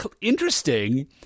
interesting